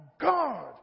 God